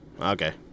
Okay